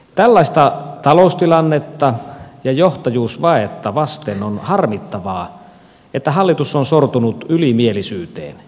tällaista taloustilannetta ja johtajuusvajetta vasten on harmittavaa että hallitus on sortunut ylimielisyyteen